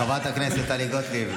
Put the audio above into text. הכנסת טלי גוטליב.